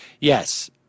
Yes